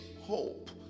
hope